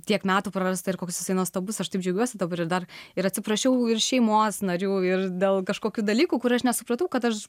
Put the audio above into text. tiek metų prarasta ir koks jisai nuostabus aš taip džiaugiuosi dabar ir dar ir atsiprašiau ir šeimos narių ir dėl kažkokių dalykų kur aš nesupratau kad aš